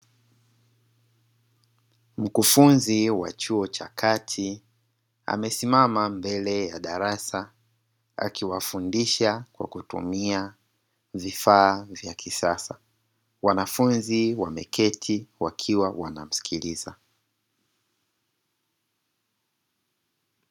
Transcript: Mkufunzi wa chuo cha kati amesimama mbele ya darasa, akiwafundisha kwa kutumia vifaa vya kisasa, wanafunzi wameketi wakiwa wanamsikiliza.